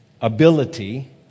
ability